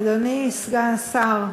אדוני סגן השר,